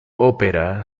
ópera